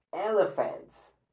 elephants